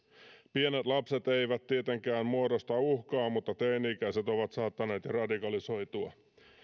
pienet lapset eivät tietenkään muodosta uhkaa mutta teini ikäiset ovat saattaneet jo radikalisoitua